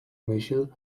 myśl